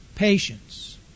Patience